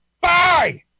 Bye